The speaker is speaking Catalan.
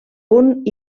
punt